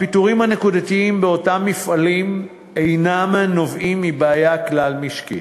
הפיטורים הנקודתיים באותם מפעלים אינם נובעים מבעיה כלל-משקית.